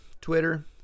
twitter